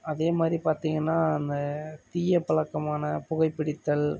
அதே மாதிரி பார்த்தீங்கன்னா அந்த தீய பழக்கமான புகை பிடித்தல்